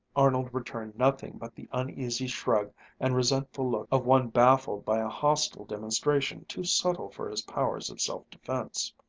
arnold returned nothing but the uneasy shrug and resentful look of one baffled by a hostile demonstration too subtle for his powers of self-defense.